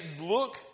look